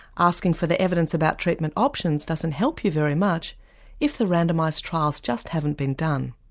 asking for the evidence about treatment options doesn't help you very much if the randomised trials just haven't been done.